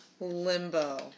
Limbo